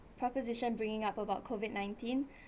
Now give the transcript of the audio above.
proposition bringing up about COVID nineteen